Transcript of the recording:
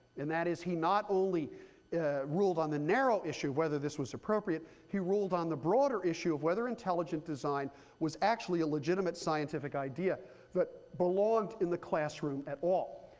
and that is, he not only ruled on the narrow issue, whether this was appropriate, he ruled on the broader issue of whether intelligent design was actually a legitimate scientific idea that belonged in the classroom at all.